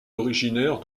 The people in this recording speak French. originaire